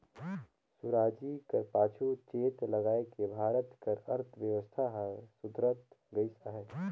सुराजी कर पाछू चेत लगाएके भारत कर अर्थबेवस्था हर सुधरत गइस अहे